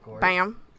Bam